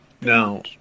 Now